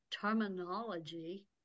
terminology